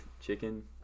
chicken